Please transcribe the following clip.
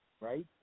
right